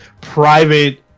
private